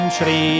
Shri